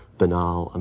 banal, um